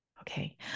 Okay